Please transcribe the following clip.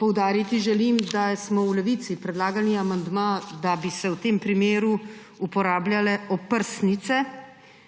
Poudariti želim, da smo v Levici predlagali amandma, da bi se v tem primeru uporabljale oprsnice,